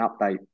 update